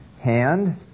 hand